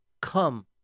come